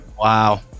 Wow